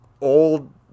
old